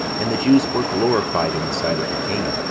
and the jews were glorified in the sight of the king,